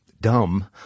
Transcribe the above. dumb